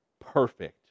perfect